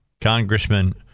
Congressman